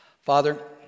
Father